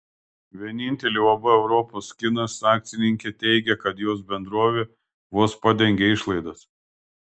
vienintelė uab europos kinas akcininkė teigia kad jos bendrovė vos padengia išlaidas